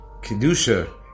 Kedusha